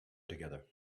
together